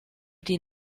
die